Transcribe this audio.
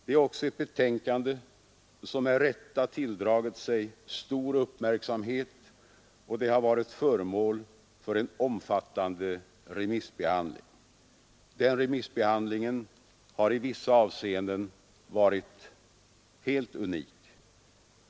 Det är också ett betänkande som med rätta tilldragit sig stor uppmärksamhet, och det har varit föremål för en omfattande remissbehandling. Den remissbehandlingen har i vissa avseenden varit helt unik.